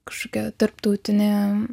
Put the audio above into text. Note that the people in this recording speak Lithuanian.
kažkokia tarptautinė